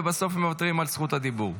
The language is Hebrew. ובסוף מוותרים על זכות הדיבור?